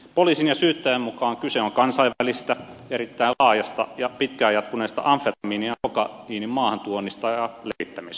poliisin ja syyttäjän mukaan kyse on kansainvälisestä erittäin laajasta ja pitkään jatkuneesta amfetamiinin ja kokaiinin maahantuonnista ja levittämisestä